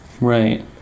Right